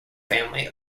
family